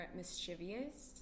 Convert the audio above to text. mischievous